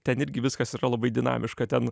ten irgi viskas yra labai dinamiška ten